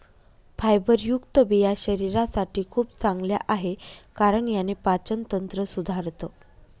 फायबरयुक्त बिया शरीरासाठी खूप चांगल्या आहे, कारण याने पाचन तंत्र सुधारतं